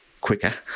quicker